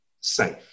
safe